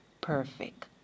perfect